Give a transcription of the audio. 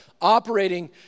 operating